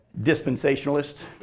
Dispensationalists